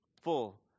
full